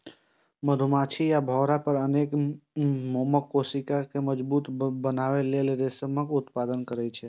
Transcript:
मधुमाछी आ भौंरा अपन मोमक कोशिका कें मजबूत बनबै लेल रेशमक उत्पादन करै छै